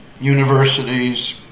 universities